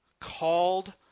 called